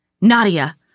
Nadia